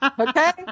Okay